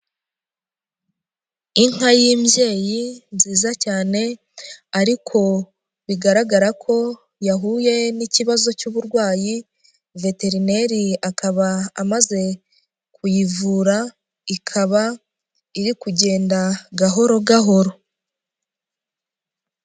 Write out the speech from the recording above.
Inka y'imbyeyi nziza cyane, ariko, bigaragara ko, yahuye n'ikibazo cy'uburwayi, veterineri akaba amaze kuyivura, ikaba iri kugenda gahoro gahoro.